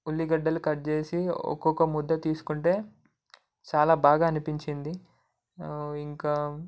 ఉల్లిగడ్డలు కట్ చేసి ఒక్కొక్క ముద్ద తీసుకుంటే చాలా బాగా అనిపించింది ఇంకా